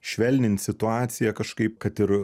švelnint situaciją kažkaip kad ir